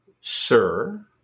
Sir